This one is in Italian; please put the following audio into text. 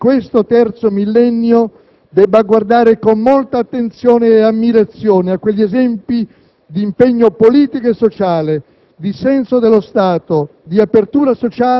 sono convinto che il Parlamento italiano di questo terzo millennio debba guardare con molta attenzione e ammirazione a quegli esempi d'impegno politico e sociale,